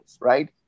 right